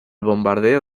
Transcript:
bombardeo